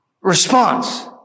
response